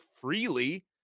freely